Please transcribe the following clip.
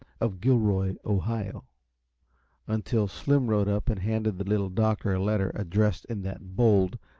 of gilroy, ohio until slim rode up and handed the little doctor a letter addressed in that bold,